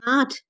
আঠ